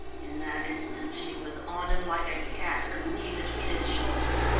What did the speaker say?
in that instant she was on him like a cat, her knee between his shoulders.